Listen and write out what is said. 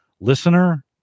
listener